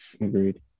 agreed